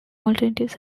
alternative